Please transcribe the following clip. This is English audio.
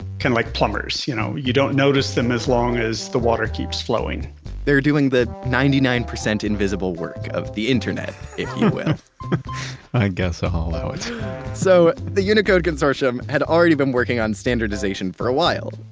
kind of like plumbers, you know, you don't notice them as long as the water keeps flowing they're doing the ninety nine percent invisible work of the internet, if you will i guess ah i'll allow it so the unicode consortium had already been working on standardization for a while,